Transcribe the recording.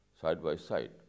side-by-side